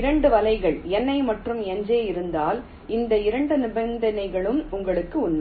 2 வலைகள் Ni மற்றும் Nj இருந்தால் இந்த 2 நிபந்தனைகளும் நமக்கு உண்மை